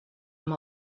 amb